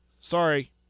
sorry